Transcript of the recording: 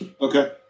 Okay